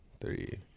three